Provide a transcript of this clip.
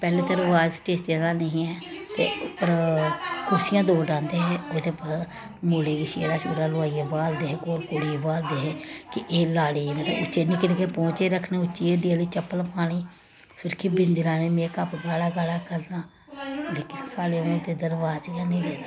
पैह्ले ते रवाज स्टेजें दा हन्नी ही ऐ ते उप्पर कुर्सियां दो ढाह्ंदे हे ओह्दे पर मुड़े गी शेह्रा शूह्रा लोआइयै बाह्लदे हे कोल कुड़ी गी बाह्लदे हे कि एह् लाड़ी मतलब उच्चे निक्के निक्के पौंचे रक्खने उच्ची अड्डी आह्ली चप्पल लानी सुर्खी बिंदी लानी मेकअप गाढ़ा गाढ़ा करना लेकिन हून स्हाड़े इद्धर रवाज गै निं रवाज गै हन्नी रेह् दा